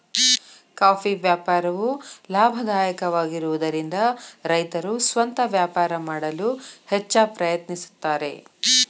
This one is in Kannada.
ಕಾಫಿ ವ್ಯಾಪಾರವು ಲಾಭದಾಯಕವಾಗಿರುವದರಿಂದ ರೈತರು ಸ್ವಂತ ವ್ಯಾಪಾರ ಮಾಡಲು ಹೆಚ್ಚ ಪ್ರಯತ್ನಿಸುತ್ತಾರೆ